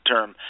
Term